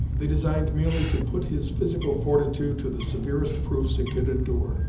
they designed merely to put his physical fortitude to the severest proofs it could endure,